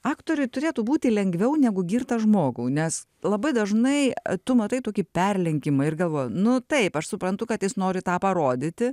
aktoriui turėtų būti lengviau negu girtą žmogų nes labai dažnai tu matai tokį perlenkimą ir galvoju nu taip aš suprantu kad jis nori tą parodyti